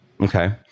Okay